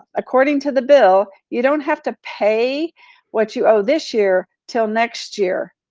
according to the bill, you don't have to pay what you owe this year, till next year.